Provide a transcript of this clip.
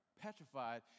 petrified